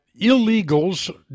illegals